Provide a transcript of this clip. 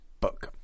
book